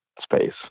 space